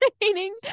training